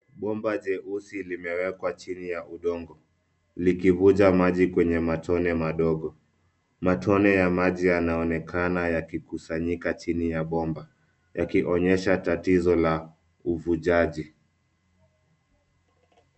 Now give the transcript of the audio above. Bomba jeusi limewekwa chini ya udongo likivuja maji kwenye matone madogo. Matone ya maji yanaonekana yakikusanyika chini ya bomba yakionyesha tatizo la uvujaji.